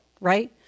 right